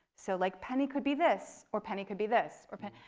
so like penny could be this, or penny could be this, or penny.